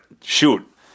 shoot